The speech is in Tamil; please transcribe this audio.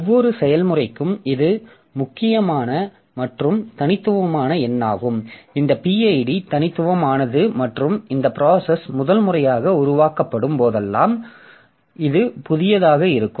ஒவ்வொரு செயல்முறைக்கும் இது மிக முக்கியமான மற்றும் தனித்துவமான எண்ணாகும் இந்த PID தனித்துவமானது மற்றும் இந்த ப்ராசஸ் முதல் முறையாக உருவாக்கப்படும் போதெல்லாம் இது புதியதாக இருக்கும்